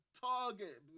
target